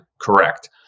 correct